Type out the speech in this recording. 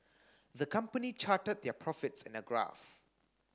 the company charted their profits in a graph